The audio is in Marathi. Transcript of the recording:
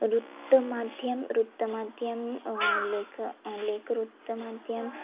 वृत्तमाध्यम वृत्तमाध्यम लेख लेखवृत्तमाध्यम